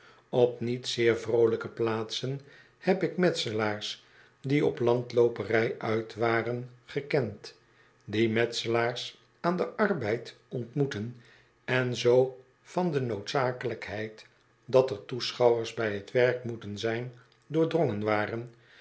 op niet zeer volkrijke plaatsen heb ik metselaars die op landlooperij uitwaren gekend die metselaars aan den arbeid ontmoetten en zoo van de noodzakelijkheid dat er toeschouwers bij t werk moeten zijn doordrongen waren